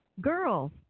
Girls